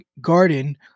garden